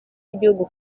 y’igihugu